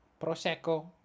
Prosecco